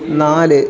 നാല്